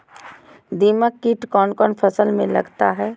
दीमक किट कौन कौन फसल में लगता है?